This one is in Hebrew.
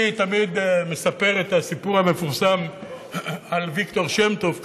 אני תמיד מספר את הסיפור המפורסם על ויקטור שם-טוב,